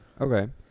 Okay